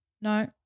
No